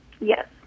yes